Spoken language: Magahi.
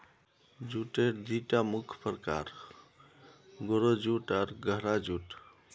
जूटेर दिता मुख्य प्रकार, गोरो जूट आर गहरा जूट